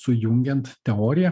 sujungiant teoriją